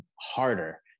harder